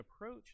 approach